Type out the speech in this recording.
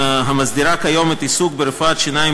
המסדירה כיום את העיסוק ברפואת שיניים